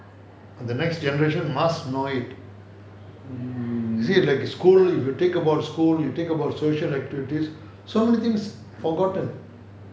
the next generation must know it see like a school you think about school you think about social activities so many things forgotten